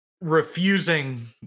refusing